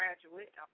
graduate